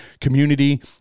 community